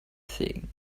thing